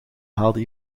haalde